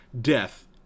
death